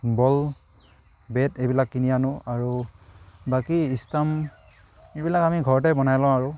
বল bat এইবিলাক কিনি আনো আৰু বাকী ষ্টাম্প এইবিলাক আমি ঘৰতে বনাই লওঁ আৰু